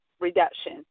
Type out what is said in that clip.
reduction